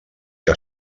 que